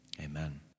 amen